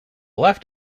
left